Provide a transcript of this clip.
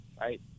right